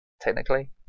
technically